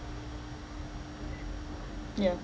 ya